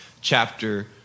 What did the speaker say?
chapter